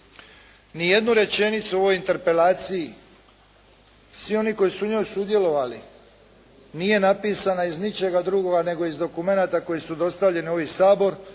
ni jednu rečenicu u ovoj interpelaciji svi oni koji su u njoj sudjelovali nije napisana iz ničega drugoga nego iz dokumenata koji su dostavljeni u ovaj Sabor